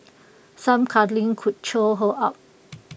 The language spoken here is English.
some cuddling could cheer her up